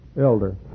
elder